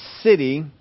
city